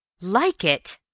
like it?